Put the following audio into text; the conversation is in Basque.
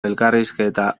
elkarrizketa